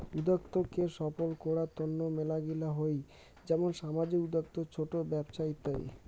উদ্যোক্তা কে সফল করার তন্ন মেলাগিলা হই যেমন সামাজিক উদ্যোক্তা, ছোট ব্যপছা ইত্যাদি